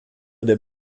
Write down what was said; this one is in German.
der